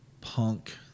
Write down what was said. punk